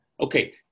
Okay